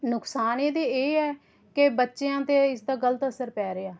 ਨੁਕਸਾਨ ਇਹਦੇ ਇਹ ਹੈ ਕਿ ਬੱਚਿਆਂ 'ਤੇ ਇਸ ਦਾ ਗਲਤ ਅਸਰ ਪੈ ਰਿਹਾ